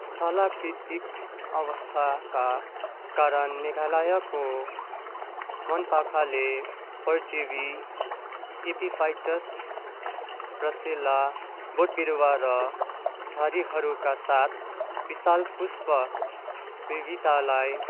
स्थालाकृतिक अवस्थाका कारण मेघालायको वनपाखाले परजीवी एपिफाइट्स रसिला बोट बिरुवा र झाडीहरूका साथ विशाल पुष्प विविधतालाई